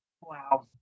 Wow